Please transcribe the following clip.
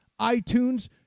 iTunes